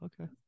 okay